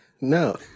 No